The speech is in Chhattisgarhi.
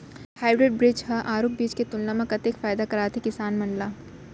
हाइब्रिड बीज हा आरूग बीज के तुलना मा कतेक फायदा कराथे किसान मन ला?